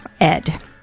Ed